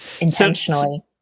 intentionally